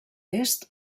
est